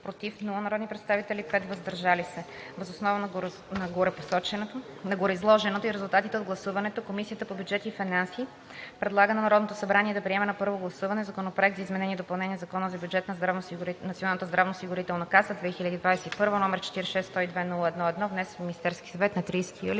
„за“ – 17 народни представители, без „против“ и 5 „въздържал се“. Въз основа на гореизложеното и резултатите от гласуването Комисията по бюджет и финанси предлага на Народното събрание да приеме на първо гласуване Законопроект за изменение и допълнение на Закона за бюджета на Националната здравноосигурителна каса за 2021 г., № 46-102-01-1, внесен от Министерския съвет на 30 юли